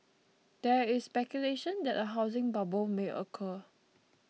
there is speculation that a housing bubble may occur